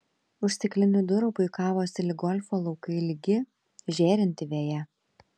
už stiklinių durų puikavosi lyg golfo laukai lygi žėrinti veja